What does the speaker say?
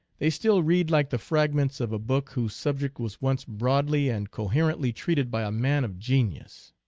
they still read like the fragments of a book whose subject was once broadly and coherently treated by a man of genius.